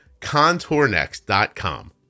Contournext.com